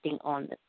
on